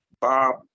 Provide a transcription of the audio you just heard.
Bob